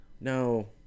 No